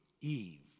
Eve